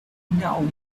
now